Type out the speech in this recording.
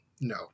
no